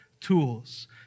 tools